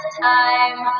time